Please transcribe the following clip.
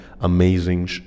amazing